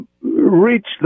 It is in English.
reach